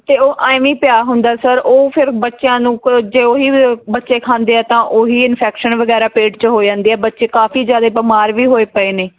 ਅਤੇ ਉਹ ਐਵੇਂ ਹੀ ਪਿਆ ਹੁੰਦਾ ਸਰ ਉਹ ਫਿਰ ਬੱਚਿਆਂ ਨੂੰ ਕ ਜੇ ਉਹੀ ਬੱਚੇ ਖਾਂਦੇ ਆ ਤਾਂ ਉਹੀ ਇਨਫੈਕਸ਼ਨ ਵਗੈਰਾ ਪੇਟ 'ਚ ਹੋ ਜਾਂਦੀ ਆ ਬੱਚੇ ਕਾਫੀ ਜ਼ਿਆਦੇ ਬਿਮਾਰ ਵੀ ਹੋਏ ਪਏ ਨੇ